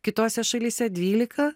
kitose šalyse dvylika